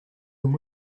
and